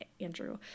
Andrew